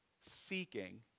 seeking